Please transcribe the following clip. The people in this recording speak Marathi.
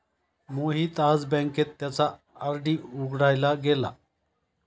मोहित आज बँकेत त्याचा आर.डी उघडायला गेला